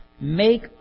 Make